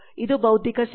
ಇದು ಬೌದ್ಧಿಕ ಸೇವೆ